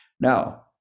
Now